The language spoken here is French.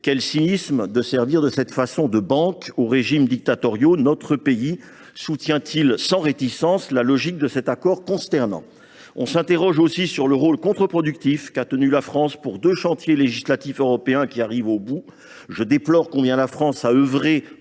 Quel cynisme de servir de cette façon de banque aux régimes dictatoriaux ! Notre pays soutient il sans réticence la logique de cet accord consternant ? Nous nous interrogeons aussi sur le rôle contre productif qu’a joué la France dans deux chantiers législatifs européens qui sont arrivés à leur terme. Je déplore ainsi que la France ait œuvré